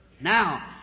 Now